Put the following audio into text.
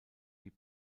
die